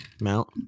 mount